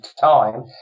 time